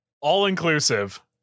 all-inclusive